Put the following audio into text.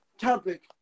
Topic